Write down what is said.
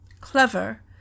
clever